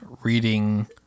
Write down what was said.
reading